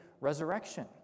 resurrection